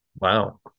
Wow